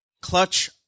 clutch